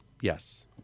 yes